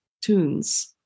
tunes